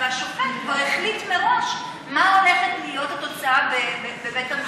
והשופט כבר החליט מראש מה הולכת להיות התוצאה בבית המשפט.